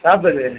सात बजे